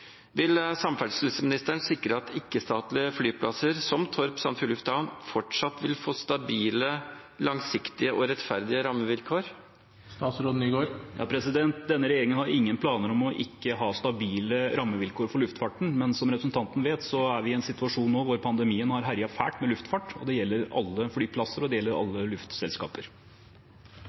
Vil samferdselsministeren sikre at ikke-statlige flyplasser, som Torp Sandefjord lufthavn, fortsatt vil få stabile, langsiktige og rettferdige rammevilkår? Denne regjeringen har ingen planer om ikke å ha stabile rammevilkår for luftfarten, men som representanten vet, er vi i en situasjon nå hvor pandemien har herjet fælt med luftfarten. Det gjelder alle flyplasser, og det gjelder alle